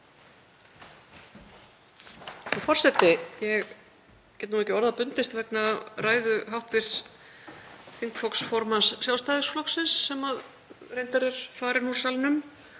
Frú forseti. Ég get ekki orða bundist vegna ræðu hv. þingflokksformanns Sjálfstæðisflokksins, sem er reyndar farinn úr salnum,